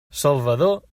salvador